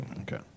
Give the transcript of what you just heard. Okay